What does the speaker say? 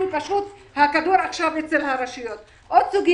כי הכדור עכשיו אצל הרשויות עכשיו.